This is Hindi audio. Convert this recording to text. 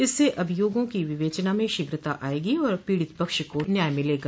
इससे अभियोगों की विवेचना में शीघ्रता आयेगी और पीड़ित पक्ष को न्याय मिलेगा